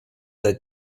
the